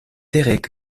derek